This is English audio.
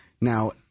now